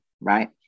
right